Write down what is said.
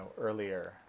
earlier